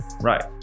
Right